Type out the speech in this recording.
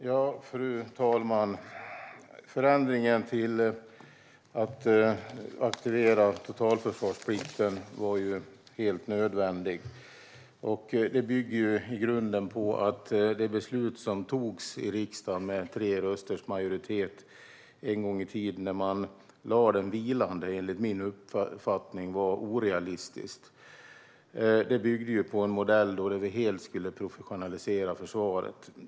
Fru talman! Förändringen att aktivera totalförsvarsplikten var helt nödvändig. Detta handlar i grunden om att det beslut som en gång i tiden togs i riksdagen med tre rösters majoritet om att lägga den vilande enligt min uppfattning var orealistiskt. Det byggde på en modell där vi helt skulle professionalisera försvaret.